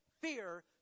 fear